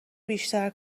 بیشتر